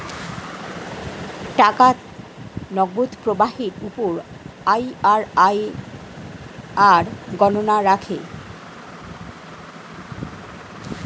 টাকার নগদ প্রবাহের উপর আইআরআর গণনা রাখে